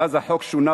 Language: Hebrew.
ואז החוק שונה,